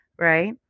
right